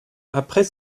après